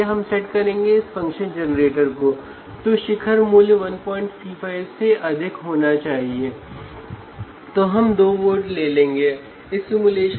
electronic उपकरण पर किसी भी अतिरिक्त बल न लगाएँ